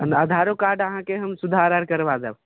आधारोकार्ड अहाँके हम सुधार आर करबा देब